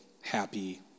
happy